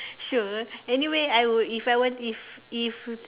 sure anyway I would if I want if if